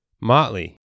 Motley